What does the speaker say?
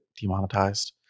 demonetized